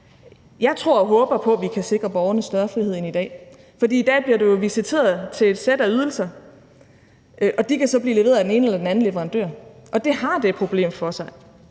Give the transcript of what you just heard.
jeg tror og håber på, at vi kan sikre borgerne større frihed end i dag. For i dag bliver du visiteret til et sæt af ydelser, og de kan så blive leveret af den ene eller anden leverandør, og det har et problem i sig,